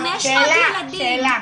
שאלה.